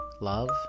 love